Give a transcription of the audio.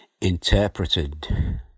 interpreted